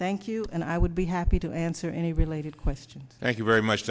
thank you and i would be happy to answer any related question thank you very much